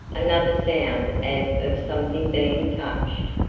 another sound as of something being touched.